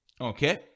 Okay